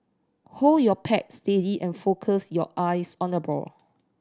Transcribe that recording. hold your pat steady and focus your eyes on the ball